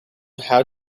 how